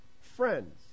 friends